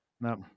No